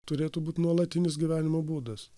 turėtų būt nuolatinis gyvenimo būdas